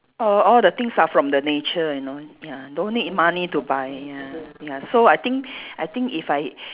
all all the things are from the nature you know ya don't need money to buy ya ya so I think I think if I